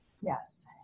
Yes